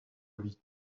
lui